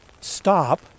stop